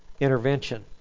intervention